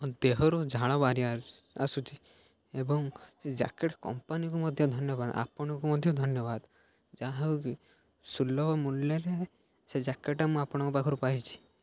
ମୋ ଦେହରୁ ଝାଳ ବାହାରି ଆସୁଛିି ଏବଂ ସେ ଜ୍ୟାକେଟ୍ କମ୍ପାନୀକୁ ମଧ୍ୟ ଧନ୍ୟବାଦ ଆପଣଙ୍କୁ ମଧ୍ୟ ଧନ୍ୟବାଦ ଯାହା ହଉ କିି ସୁଲଭ ମୂଲ୍ୟରେ ସେ ଜ୍ୟାକେଟ୍ଟା ମୁଁ ଆପଣଙ୍କ ପାଖରୁ ପାଇଛିି